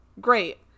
great